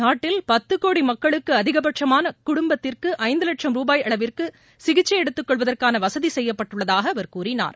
நாட்டில் பத்து கோடி மக்களுக்கு அதிகபட்சமாக குடும்பத்திற்கு ஐந்து லட்சம் ரூபாய் அளவிற்கு சிகிச்சை எடுத்துக் கொள்வதற்கான வசதி செய்யப்பட்டுள்ளதாக அவர் கூறினார்